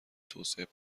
توسعه